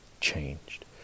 changed